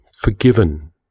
forgiven